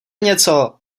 něco